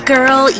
Girl